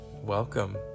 welcome